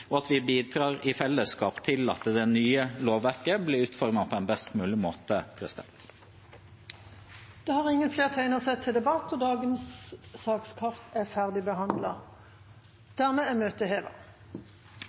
og at vi i fellesskap bidrar til at det nye lovverket blir utformet på en best mulig måte. Flere har ikke bedt om ordet til sak nr. 14. Dermed er dagens sakskart